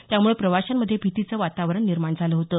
त्यामुळे प्रवाशांमध्ये भीतीचं वातावरण निर्माण झालं होतं